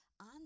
on